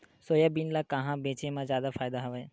Soybean ल कहां बेचे म जादा फ़ायदा हवय?